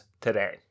today